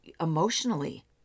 emotionally